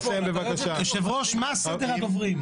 היושב-ראש, מה סדר הדוברים?